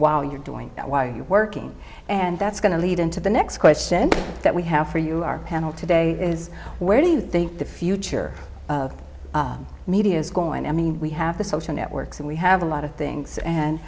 while you're doing that while you're working and that's going to lead into the next question that we have for you our panel today is where do you think the future media is going i mean we have the social networks and we have a lot of things and